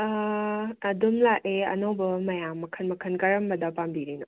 ꯑꯥ ꯑꯗꯨꯝ ꯂꯥꯛꯑꯦ ꯑꯅꯧꯕ ꯃꯌꯥꯝ ꯃꯈꯜ ꯃꯈꯜ ꯀꯔꯝꯕꯗ ꯄꯥꯝꯕꯤꯔꯤꯅꯣ